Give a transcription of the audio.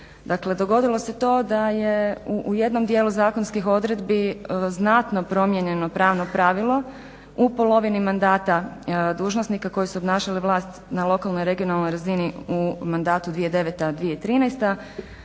dogodilo se to da je u jednom dijelu zakonskih odredbi znatno promijenjeno pravno pravilo u polovini mandata dužnosnika koji su obnašali vlast na lokalnoj, regionalnoj razini u mandatu 2009.-2013.